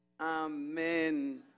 Amen